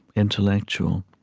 intellectual